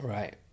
Right